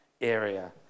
area